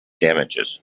damages